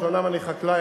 אומנם אני חקלאי,